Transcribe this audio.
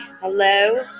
Hello